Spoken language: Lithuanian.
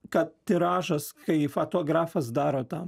kad tiražas kai fotografas daro tą